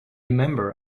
member